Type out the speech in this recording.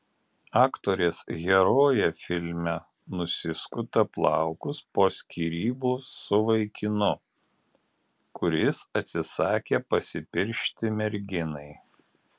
aktorės herojė filme nusiskuta plaukus po skyrybų su vaikinu kuris atsisakė pasipiršti merginai